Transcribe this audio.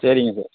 சரிங்க சார்